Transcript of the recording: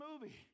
movie